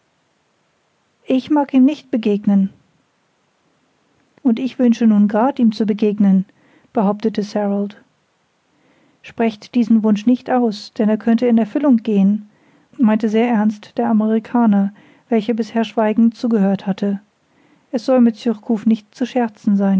ich mag ihm nicht begegnen und ich wünsche nun grad ihm zu begegnen behauptete sarald sprecht diesen wunsch nicht aus denn er könnte in erfüllung gehen meinte sehr ernst der amerikaner welcher bisher schweigend zugehört hatte es soll mit surcouf nicht zu scherzen sein